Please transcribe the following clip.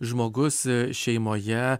žmogus šeimoje